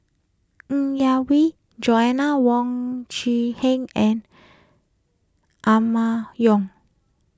Ng Yak Whee Joanna Wong Quee Heng and Emma Yong